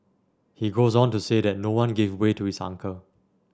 he goes on to say that no one gave way to his uncle